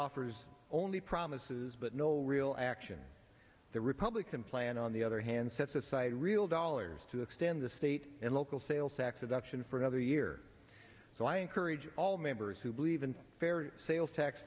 offers only promises but no real action the republican plan on the other hand sets aside real dollars to extend the state and local sales tax reduction for another year so i encourage all members who believe in fair sales tax